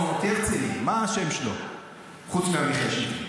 מה השם שלו חוץ מעמיחי שיקלי?